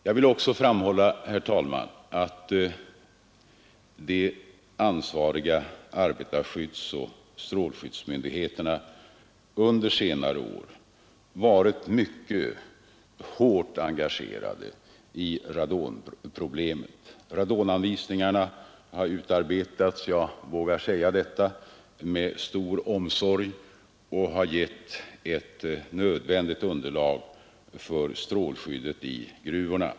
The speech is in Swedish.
Jag vill också framhålla, herr talman, att de ansvariga arbetarskyddsoch strålskyddsmyndigheterna under senare år har varit mycket hårt engagerade i radonproblemet. Radonanvisningarna har utarbetats med stor omsorg och har gett ett nödvändigt underlag för strålskyddet i gruvorna.